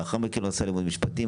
לאחר מכן הוא הלך ללמוד משפטים,